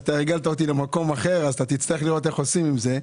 הרגלת אותי למקום אחר אז אתה תצטרך לראות מה עושים עם זה.